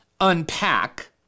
unpack